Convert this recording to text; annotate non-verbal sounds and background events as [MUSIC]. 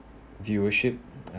viewership [NOISE]